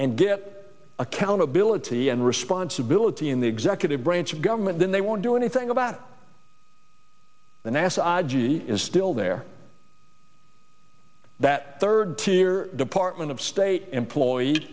and get accountability and responsibility in the executive branch of government then they won't do anything about the nasa adji is still there that third tier department of state employees